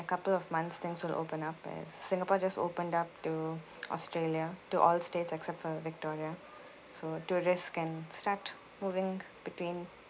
a couple of months things will open up as singapore just opened up to australia to all states except for victoria so tourist can start moving between